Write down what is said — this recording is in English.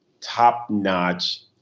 top-notch